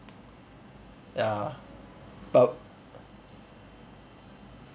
ya but